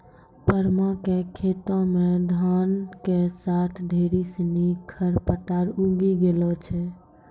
परमा कॅ खेतो मॅ धान के साथॅ ढेर सिनि खर पतवार उगी गेलो छेलै